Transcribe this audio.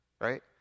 right